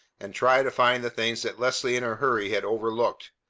and try to find the things that leslie in her hurry had overlooked.